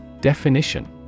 Definition